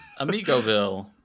Amigoville